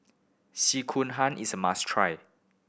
sekihan is a must try